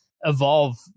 evolve